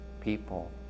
people